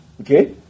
Okay